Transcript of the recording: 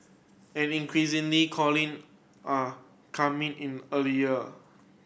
and increasingly calling are coming in earlier